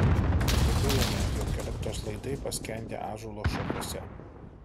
pastebėjome jog elektros laidai paskendę ąžuolo šakose